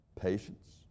patience